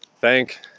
Thank